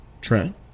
Trent